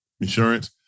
insurance